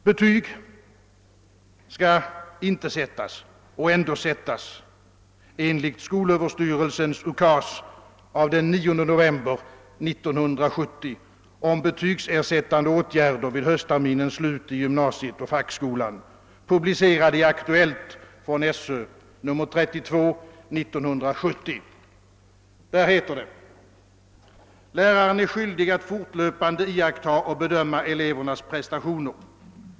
Betyg skall inte sättas och ändå sättas enligt skolöverstyrelsens ukas av den 9 november 1970 om betygsersättande åtgärder vid höstterminens slut i gymnasiet och fackskolan, publicerad i Aktuellt från skolöverstyrelsen nr 32 år 1970. Där heter det att läraren är »skyldig att fortlöpande iaktta och bedöma elevernas prestationer.